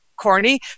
corny